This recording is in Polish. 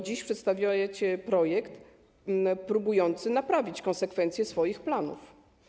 Dziś przedstawiacie projekt próbujący naprawić konsekwencje swoich planów.